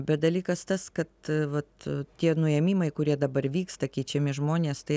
bet dalykas tas kad vat tie nuėmimai kurie dabar vyksta keičiami žmonės tai